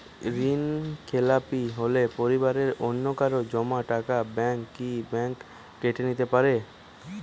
ঋণখেলাপি হলে পরিবারের অন্যকারো জমা টাকা ব্যাঙ্ক কি ব্যাঙ্ক কেটে নিতে পারে?